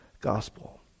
gospel